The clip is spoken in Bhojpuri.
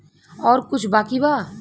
और कुछ बाकी बा?